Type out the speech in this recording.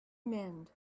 mend